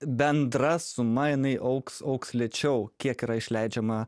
bendra suma jinai augs augs lėčiau kiek yra išleidžiama